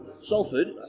Salford